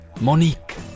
Monique